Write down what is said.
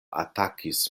atakis